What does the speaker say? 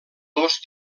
dos